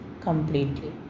completely